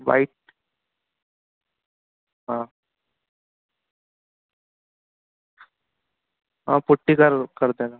white हाँ हाँ putty कर कर देना